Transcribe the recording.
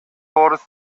орус